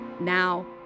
now